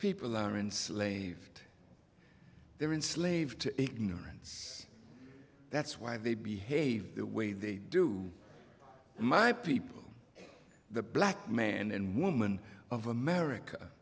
people are enslaved there in slave to ignorance that's why they behave the way they do my people the black man and woman of america